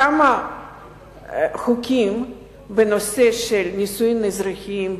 כמה חוקים בנושא של נישואים אזרחיים,